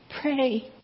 Pray